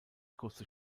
kurze